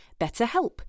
BetterHelp